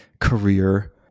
career